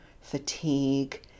fatigue